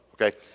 Okay